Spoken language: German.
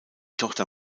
tochter